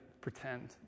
pretend